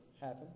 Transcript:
happen